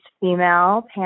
female